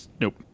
Nope